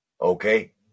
okay